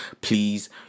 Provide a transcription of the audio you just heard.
Please